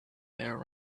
there